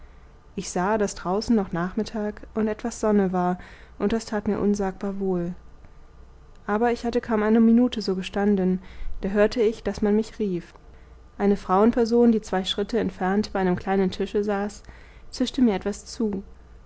ich sah daß draußen noch nachmittag und etwas sonne war und das tat mir unsagbar wohl aber ich hatte kaum eine minute so gestanden da hörte ich daß man mich rief eine frauenperson die zwei schritte entfernt bei einem kleinen tische saß zischte mir etwas zu